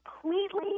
completely